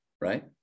right